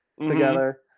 together